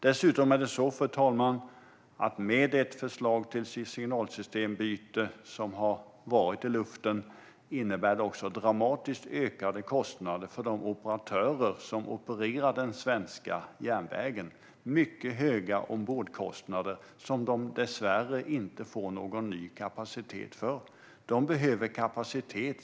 Dessutom, fru talman, innebär det förslag till signalsystembyte som har hängt i luften dramatiskt ökade kostnader för de operatörer som opererar på den svenska järnvägen. Det är mycket höga ombordkostnader som de dessvärre inte får någon ny kapacitet för. De behöver kapacitet.